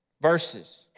verses